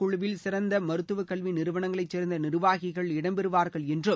குழுவில் சிறந்த சிறந்த மருத்துவக் கல்வி நிறுவனங்களைச் சேர்ந்த நிர்வாகிகள் இந்த இடம்பெறுவார்கள் என்றும்